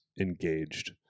engaged